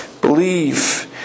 believe